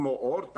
כמו אורט,